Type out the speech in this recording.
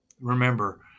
remember